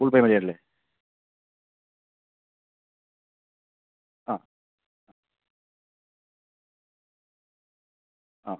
Google Pay മതി ആവില്ലേ ആ ആ